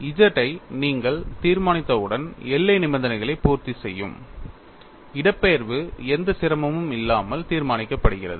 z ஐ நீங்கள் தீர்மானித்தவுடன் எல்லை நிபந்தனைகளை பூர்த்தி செய்யும் இடப்பெயர்வு எந்த சிரமமும் இல்லாமல் தீர்மானிக்கப்படுகிறது